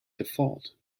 default